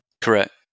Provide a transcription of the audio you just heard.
correct